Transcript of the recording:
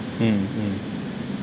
mm mm